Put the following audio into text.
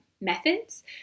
methods